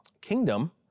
kingdom